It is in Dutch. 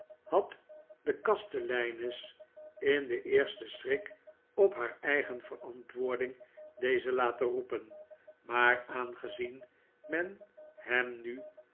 had de kasteleines in den eersten schrik op haar eigen verantwoording dezen laten roepen maar aangezien men hem nu